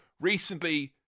recently